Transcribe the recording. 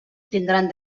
tindran